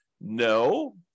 No